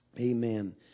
Amen